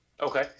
okay